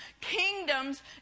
kingdoms